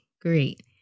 great